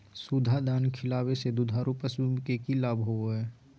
सुधा दाना खिलावे से दुधारू पशु में कि लाभ होबो हय?